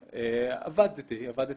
גדולה.